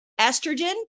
Estrogen